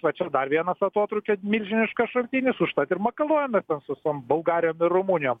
va čia dar vienas atotrūkio milžiniškas šaltinis užtat ir makaluojamės ten su visom bulgarijom ir rumunijom